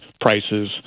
prices